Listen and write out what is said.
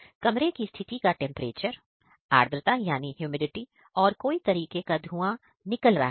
कमरे की स्थिति का टेंपरेचर आर्द्रता है और कोई तरीके का धुंआ निकल रहा है है